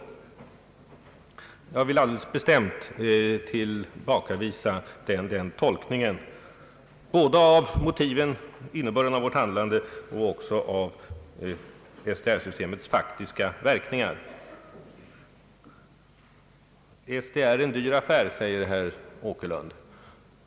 Jag vill alldeles bestämt tillbakavisa den tolkningen, både i fråga om motiven för och innebörden av vårt handlande och SDR-systemets faktiska verkningar. SDR är en dyr affär, säger herr Åkerlund.